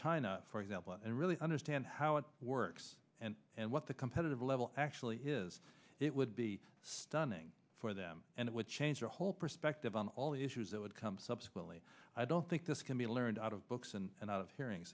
china for example and really understand how it works and what the competitive level actually is it would be stunning for them and it would change the whole perspective on all the issues that would come subsequently i don't think this can be learned out of books and out of hearing